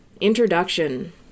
introduction